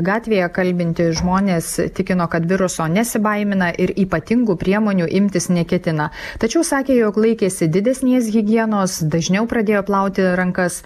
gatvėje kalbinti žmonės tikino kad viruso nesibaimina ir ypatingų priemonių imtis neketina tačiau sakė jog laikėsi didesnės higienos dažniau pradėjo plauti rankas